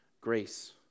grace